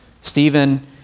Stephen